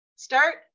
Start